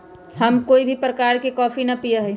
हम कोई भी प्रकार के कॉफी ना पीया ही